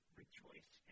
rejoice